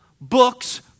book's